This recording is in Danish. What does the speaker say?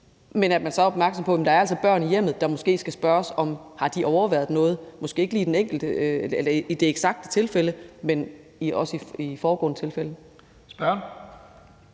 man også er opmærksom på, at der altså er børn i hjemmet, der måske skal spørges, om de har overværet noget – måske ikke lige i det eksakte tilfælde, men måske i tidligere tilfælde. Kl.